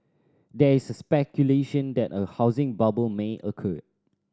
there is speculation that a housing bubble may occur